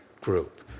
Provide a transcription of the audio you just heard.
group